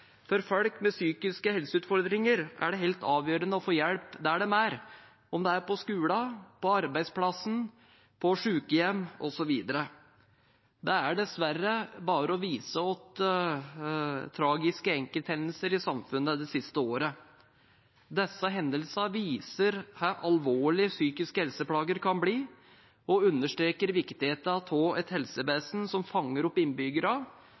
For folk med psykiske helseplager er det helt avgjørende å få hjelp der de er, om det er på skolen, på arbeidsplassen, på sykehjem, osv. Det er dessverre bare å vise til tragiske enkelthendelser i samfunnet det siste året. Disse hendelsene viser hvor alvorlig psykiske helseplager kan bli, og understreker viktigheten av et helsevesen som fanger opp innbyggere